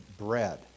bread